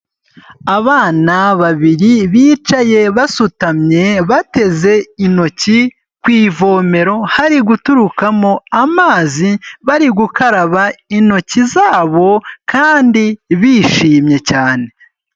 Abana babiri bicaye basutamye, bateze intoki ku ivomero, hari guturukamo amazi, bari gukaraba intoki zabo kandi bishimye cyane.